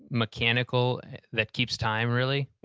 mechanical that keeps time, really.